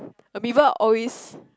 amoeba always